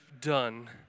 done